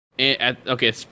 okay